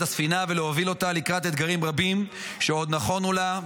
הספינה ולהוביל אותה לקראת אתגרים רבים שעוד נכונו לה,